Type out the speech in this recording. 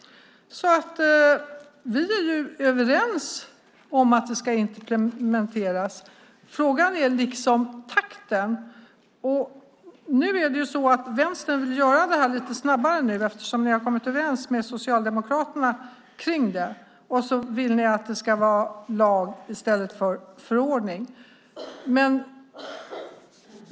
Vi är överens om att det ska implementeras. Frågan gäller takten. Vänstern vill göra det lite snabbare eftersom de kommit överens med Socialdemokraterna om det. Dessutom vill de att det ska vara en lag i stället för en förordning.